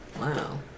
Wow